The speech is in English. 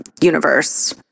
universe